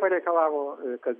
pareikalavo kad